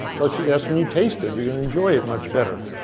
plus you that's when you taste it you're gonna enjoy it much better.